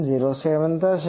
707 થશે